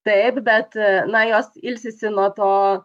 taip bet na jos ilsisi nuo to